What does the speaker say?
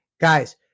guys